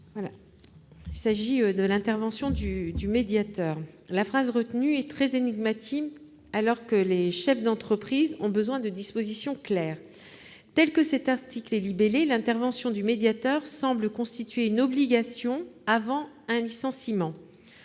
sur l'intervention du médiateur. La phrase retenue est très énigmatique alors que les chefs d'entreprise ont besoin de dispositions claires. Tel que l'alinéa est rédigé, l'intervention du médiateur semble constituer une obligation avant un licenciement,